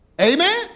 amen